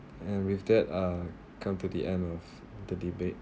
and with that uh come to the end of the debate